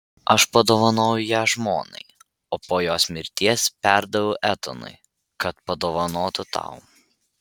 aš padovanojau ją žmonai o po jos mirties perdaviau etanui kad padovanotų tau